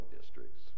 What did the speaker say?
districts